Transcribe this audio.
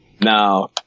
Now